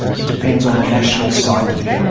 it depends on the national psyche,